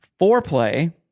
foreplay